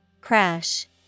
crash